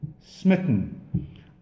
smitten